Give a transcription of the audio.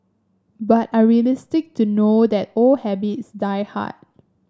but are realistic to know that old habits die hard